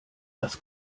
das